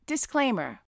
Disclaimer